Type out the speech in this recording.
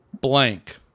blank